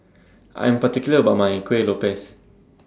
I Am particular about My Kueh Lopes